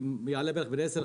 היא שהמחיר יעלה בערך ב-10%-15%.